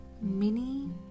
mini